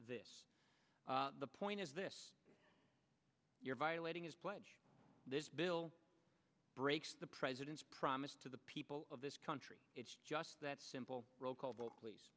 this the point is this you're violating his pledge this bill breaks the president's promise to the people of this country it's just that simple